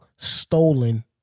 stolen